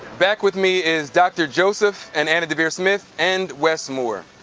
back with me is dr. joseph and anna deavere smith and wes moore.